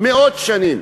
מאות שנים.